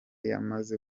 yamaze